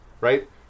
right